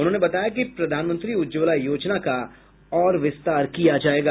उन्होंने बताया कि प्रधानमंत्री उज्ज्वला योजना का और विस्तार किया जाएगा